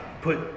put